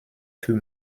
fut